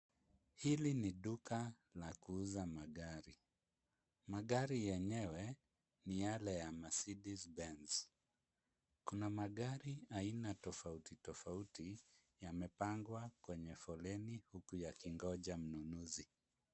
Hili ni duka la kuuza magari, magari yenyewe ni yale ya Mercedes benz, kuna magari aina tofauti tofauti yamepangwa kwenye foleni huku yakiongoja mnunuzi.